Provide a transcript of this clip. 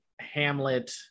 Hamlet